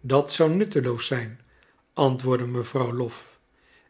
dat zou nutteloos zijn antwoordde mevrouw lwof